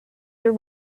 your